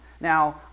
Now